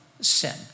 sin